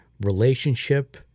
relationship